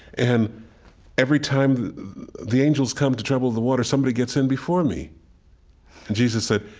and every time the the angels come to trouble the water, somebody gets in before me. and jesus said,